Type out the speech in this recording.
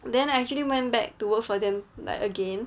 then I actually went back to work for them like again